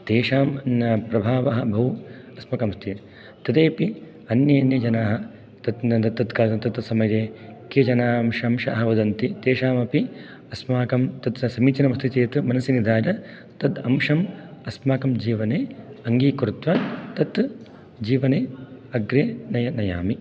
तेषां प्रभावः बहु अस्माकम् अस्ति तदपि अन्ये अन्ये जनाः तत् समये केचन अंशाः वदन्ति तेषामपि अस्माकं तत् समीचीनम् अस्ति चेत् मनसि निधाय तत् अंशम् अस्माकं जीवने अङ्गीकृत्वा तत् जीवने अग्रे नयामि